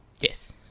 Yes